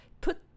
Put